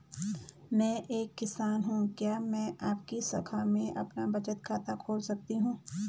मैं एक किसान हूँ क्या मैं आपकी शाखा में अपना बचत खाता खोल सकती हूँ?